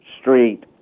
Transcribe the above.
Street